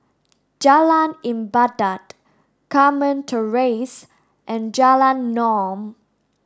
Jalan Ibadat Carmen Terrace and Jalan Naung